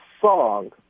song